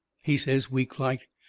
he says, weak-like.